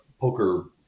poker